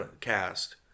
cast